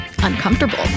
uncomfortable